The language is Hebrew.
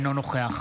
אינו נוכח